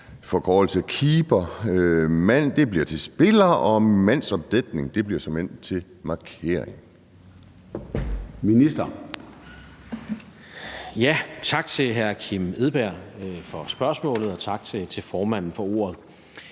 engelske »keeper«, »mand« bliver til »spiller« og »mandsopdækning« bliver til »markering«?